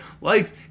Life